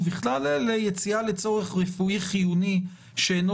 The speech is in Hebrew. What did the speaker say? ובכלל אלה יציאה לצורך רפואי חיוני שאינו